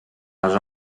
les